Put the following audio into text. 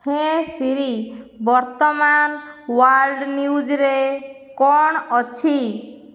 ହେ Siri ବର୍ତ୍ତମାନ world ନ୍ୟୁଜ୍ରେ କ'ଣ ଅଛି